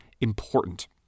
important